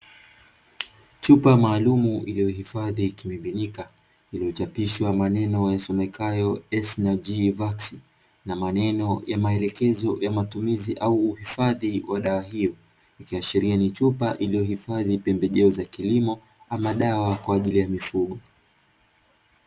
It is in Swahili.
Chupa maalumu iliyo hifadhi kimiminika, Iliyo chapishwa maneno yasomekayo "S na G VAX", na maneno ya maelekezo ya matumizi au uhifadhi wa dawa hiyo, ikiashiria ni chupa iliyo hifadhi pembejeo za kilimo ama Dawa kwaajili ya mifugo.